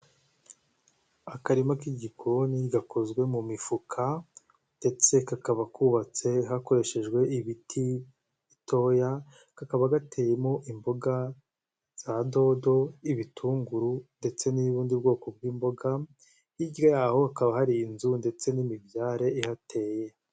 Akarima k'igikoni gakozwe mu mifuka ndetse kakaba kubatse hakoreshejwe ibiti bitoya, kakaba gateyemo imboga za dodo, ibitunguru ndetse n'ubundi bwoko bw'imboga. Hirya yaho hakaba hari inzu ndetse n'imibyare ihateye.